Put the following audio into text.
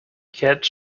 cats